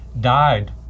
died